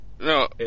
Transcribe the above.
No